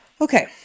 okay